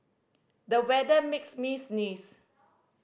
the weather makes me sneeze